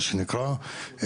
מה שנקרא,